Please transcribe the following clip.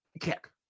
Kick